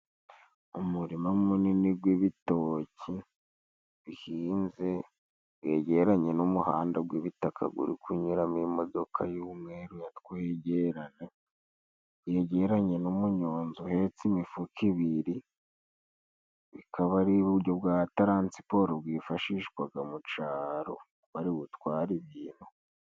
Umurima munini gw'ibitoki bihinze wegeranye n'umuhanda gw'ibitaka guri kunyuramo imodoka y'umweru yatwegerane yegeranye n'umunyonzi uhetse imifuka ibiri bikaba ari uburyo bwa taransiporo bwifashishwaga mu caro bari gutwa ibintu.